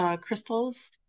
crystals